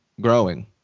growing